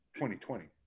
2020